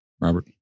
Robert